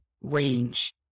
range